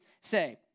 say